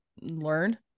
learn